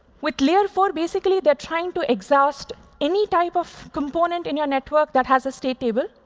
with layer four, basically, they're trying to exhaust any type of component in your network that has a state table.